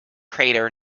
crater